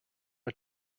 are